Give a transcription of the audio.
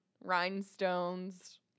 rhinestones